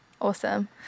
Awesome